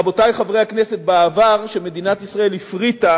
רבותי חברי הכנסת, בעבר, כשמדינת ישראל הפריטה